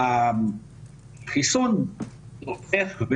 שהחיסון עודף,